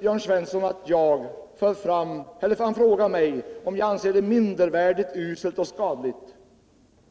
Jörn Svensson frågar mig om jag anser det mindervärdigt, uselt och skadligt.